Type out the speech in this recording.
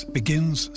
begins